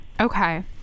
Okay